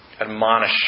Admonish